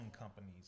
companies